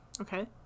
Okay